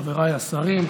חבריי השרים,